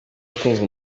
ukumva